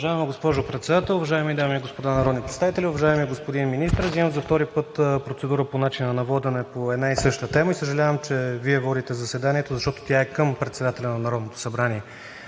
Уважаема госпожо Председател, уважаеми дами и господа народни представители, уважаеми господин Министър! Взимам за втори път процедура по начина на водене по една и съща тема, и съжалявам, че Вие водите заседанието, защото тя е към председателя на Народното събрание